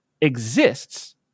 exists